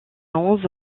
onze